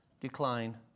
decline